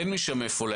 ואין מהם תחבורה.